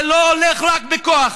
זה לא הולך רק בכוח.